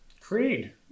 Creed